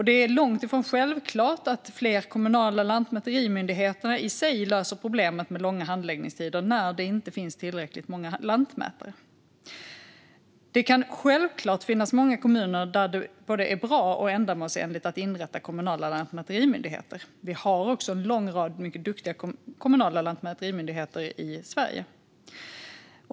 Det är långt ifrån självklart att fler kommunala lantmäterimyndigheter i sig löser problemet med långa handläggningstider när det inte finns tillräckligt många lantmätare. Det kan självfallet finnas många kommuner där det är både bra och ändamålsenligt att inrätta kommunala lantmäterimyndigheter. Vi har en lång rad mycket duktiga kommunala lantmäterimyndigheter i Sverige.